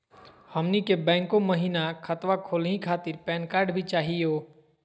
हमनी के बैंको महिना खतवा खोलही खातीर पैन कार्ड भी चाहियो?